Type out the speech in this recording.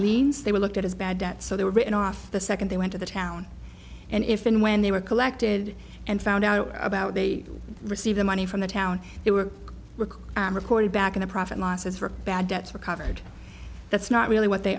liens they were looked at as bad debt so they were written off the second they went to the town and if and when they were collected and found out about they receive the money from the town they were recorded back in to profit losses from bad debts recovered that's not really what they